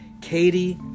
Katie